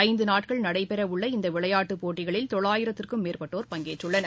ஐந்துநாட்கள் நடைபெறவுள்ள இந்தவிளையாட்டுப் போட்டகளில் தொள்ளயிரத்திற்கும் மேற்பட்டோர் பங்கேற்றுள்ளனர்